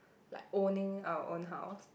like owning our own house